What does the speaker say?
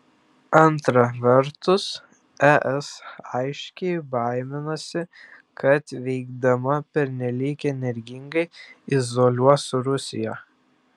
antra vertus es aiškiai baiminasi kad veikdama pernelyg energingai izoliuos rusiją